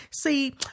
See